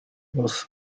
was